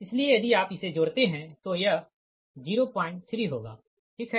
इसलिए यदि आप इसे जोड़ते है तो यह 03 होगा ठीक है